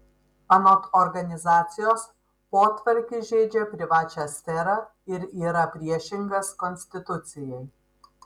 anot organizacijos potvarkis žeidžia privačią sferą ir yra priešingas konstitucijai